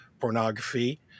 pornography